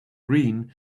green